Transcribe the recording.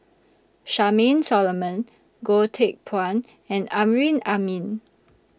Charmaine Solomon Goh Teck Phuan and Amrin Amin